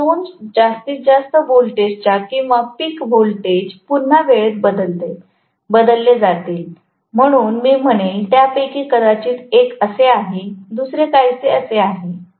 तर दोन जास्तीत जास्त व्होल्टेजेस किंवा पीक व्होल्टेज पुन्हा वेळेत बदलले जातील म्हणून मी म्हणेन त्यापैकी कदाचित एक असे आहे दुसरे काहीसे असे आहे